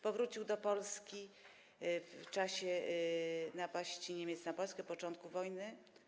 Powrócił do Polski w czasie napaści Niemiec na Polskę, na początku wojny.